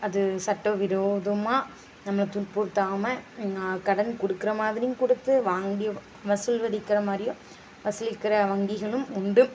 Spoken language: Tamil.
அது சட்டவிரோதமாக நம்மளை துன்புறுத்தாமல் கடன் கொடுக்குற மாதிரியும் கொடுத்து வாங்கி வசூல் வலிக்கிற மாதிரியும் வசூலிக்கிற வங்கிகளும் உண்டு